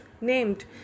named